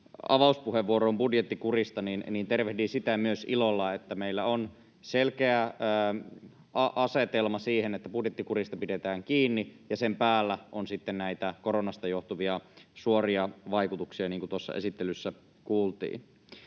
avauspuheenvuoroon budjettikurista, niin tervehdin ilolla myös sitä, että meillä on selkeä asetelma siihen, että budjettikurista pidetään kiinni, ja sen päällä on sitten näitä koronasta johtuvia suoria vaikutuksia, niin kuin tuossa esittelyssä kuultiin.